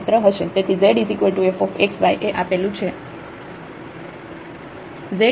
તેથી z f x y એ આપેલું છે